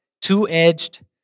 two-edged